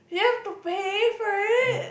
you have to pay for it